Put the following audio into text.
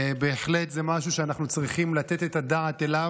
זה בהחלט משהו שאנחנו צריכים לתת את הדעת עליו.